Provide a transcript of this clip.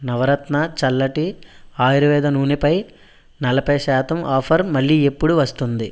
నవరత్న చల్లటి ఆయుర్వేద నూనెపై నలభై శాతం ఆఫర్ మళ్ళీ ఎప్పుడు వస్తుంది